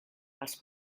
els